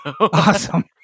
Awesome